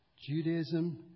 Judaism